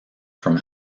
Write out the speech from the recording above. from